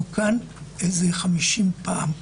תוקן כ-50 פעם,